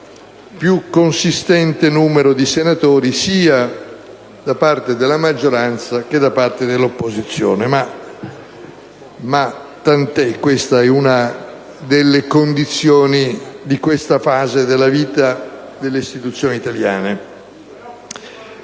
più consistente numero di senatori, sia da parte della maggioranza che da parte dell'opposizione. Ma tant'è, questa è una delle condizioni di questa fase delle istituzioni!